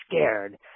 scared